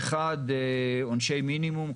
האחד, עונשי מינימום.